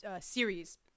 series